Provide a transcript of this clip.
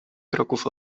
kroków